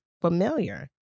familiar